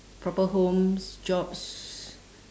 proper homes jobs